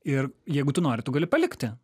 ir jeigu tu nori tu gali palikti